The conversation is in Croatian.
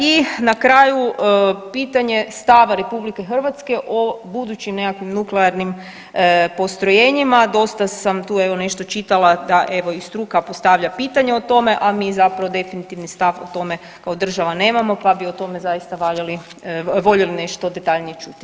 I na kraju pitanje stava RH o budućim nekakvim nuklearnim postrojenjima, dosta sam tu evo nešto čitala da evo i struka postavlja pitanje o tome, a mi zapravo definitivni stav o tome kao država nemamo pa bi o tome zaista valjali, voljeli nešto detaljnije čuti.